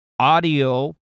audio